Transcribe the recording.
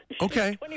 Okay